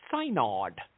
Synod